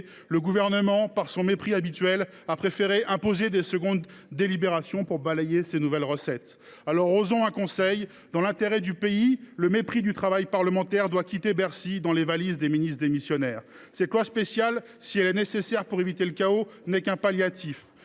le Gouvernement, dans son mépris habituel, a préféré imposer de secondes délibérations pour balayer les nouvelles recettes que nous avions inscrites dans le projet de loi. Osons donc un conseil : dans l’intérêt du pays, le mépris du travail parlementaire doit quitter Bercy dans les valises des ministres démissionnaires. Cette loi spéciale, si elle est nécessaire pour éviter le chaos, n’est qu’un palliatif.